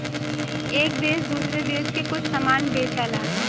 एक देस दूसरे देस के कुछ समान बेचला